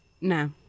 no